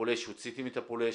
שהוצאתם את הפולש.